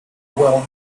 well